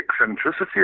eccentricity